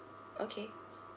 okay